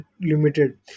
Limited